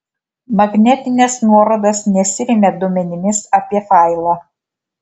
magnetinės nuorodos nesiremia duomenimis apie failą